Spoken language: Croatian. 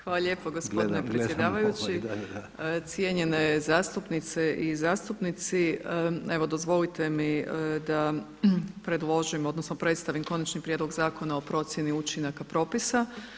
Hvala lijepo gospodine predsjedavajući, cijenjene zastupnice i zastupnici evo dozvolite mi da predložim, odnosno predstavim Konačni prijedlog zakona o procjeni učinaka propisa.